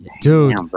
dude